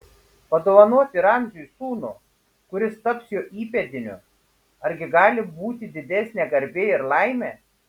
padovanoti ramziui sūnų kuris taps jo įpėdiniu argi gali būti didesnė garbė ir laimė